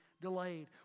Delayed